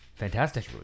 Fantastic